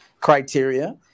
criteria